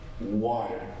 water